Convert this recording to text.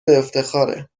افتخاره